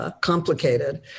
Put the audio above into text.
complicated